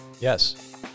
Yes